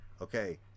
okay